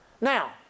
Now